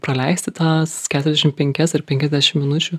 praleisti tas keturiasdešim penkias ar penkiasdešim minučių